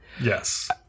Yes